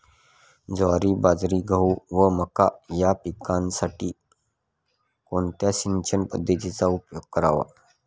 ज्वारी, बाजरी, गहू व मका या पिकांसाठी कोणत्या सिंचन पद्धतीचा उपयोग करावा?